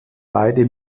beide